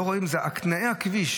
לא רואים את זה, תנאי הכביש,